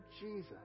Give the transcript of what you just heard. Jesus